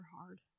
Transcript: hard